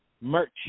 merch